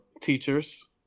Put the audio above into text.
teachers